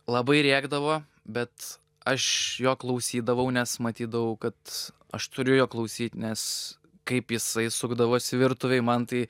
labai rėkdavo bet aš jo klausydavau nes matydavau kad aš turiu jo klausyt nes kaip jisai sukdavosi virtuvėj man tai